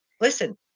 Listen